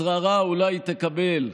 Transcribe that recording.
שררה אולי תקבל,